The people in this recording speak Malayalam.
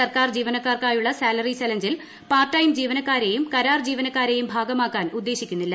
സർക്കാർ ജീവനക്കാർക്കായുള്ള സാലറി ചലഞ്ചിൽ പാർട്ട് ടൈം ജീവനക്കാരെയും കരാർ ജീവനക്കാരെയും ഭാഗമാക്കാൻ ഉദ്ദേശിക്കുന്നില്ല